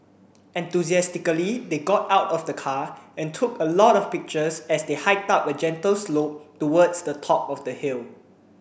enthusiastically they got out of the car and took a lot of pictures as they hiked up a gentle slope towards the top of the hill